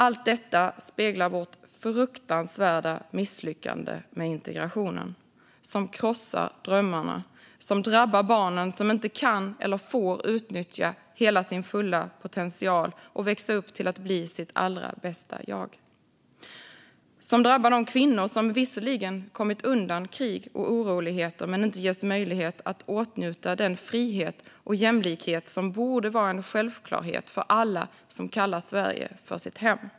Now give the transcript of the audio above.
Allt detta speglar vårt fruktansvärda misslyckande med integrationen, som krossar drömmarna, som drabbar de barn som inte kan eller inte får utnyttja sin fulla potential och växa upp till att bli sitt allra bästa jag och som drabbar de kvinnor som visserligen kommit undan krig och oroligheter men som inte ges möjlighet att åtnjuta den frihet och jämlikhet som borde vara en självklarhet för alla som kallar Sverige för sitt hem.